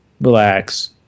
relax